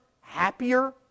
happier